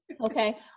Okay